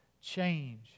change